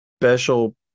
special